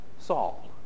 Saul